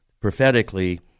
prophetically